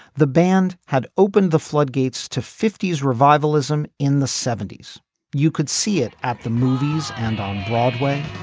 the band had opened the floodgates to fifty s revival ism in the seventy s you could see it at the movies and on broadway.